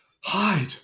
hide